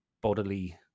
bodily